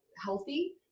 healthy